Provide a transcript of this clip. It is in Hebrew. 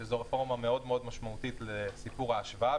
שזו רפורמה מאוד משמעותית לסיפור ההשוואה.